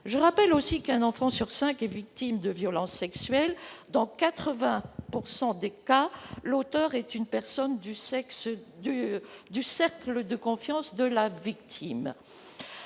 Je rappelle qu'un enfant sur cinq est victime de violences sexuelles. Dans 80 % des cas, l'auteur de l'infraction est une personne du cercle de confiance de la victime.